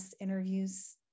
interviews